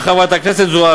חברת הכנסת מירי